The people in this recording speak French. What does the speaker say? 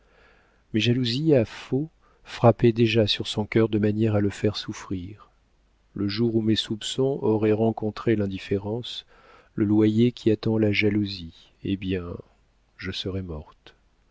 mes jalousies à faux frappaient déjà sur son cœur de manière à le faire souffrir le jour où mes soupçons auraient rencontré l'indifférence le loyer qui attend la jalousie eh bien je serais morte